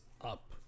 up